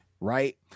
right